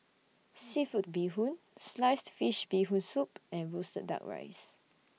Seafood Bee Hoon Sliced Fish Bee Hoon Soup and Roasted Duck Rice